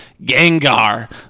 Gengar